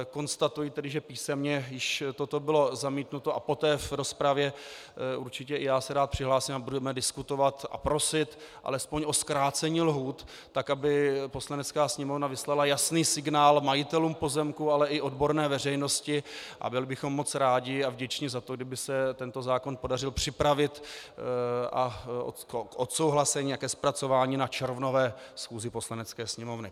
Konstatuji tedy, že písemně již toto bylo zamítnuto, a poté v rozpravě určitě i já se rád přihlásím a budeme diskutovat a prosit alespoň o zkrácení lhůt tak, aby Poslanecká sněmovna vyslala jasný signál majitelům pozemků, ale i odborné veřejnosti, a byli bychom moc rádi a vděčni za to, kdyby se tento zákon podařilo připravit k odsouhlasení a zpracování na červnové schůzi Poslanecké sněmovny.